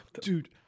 Dude